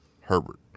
Herbert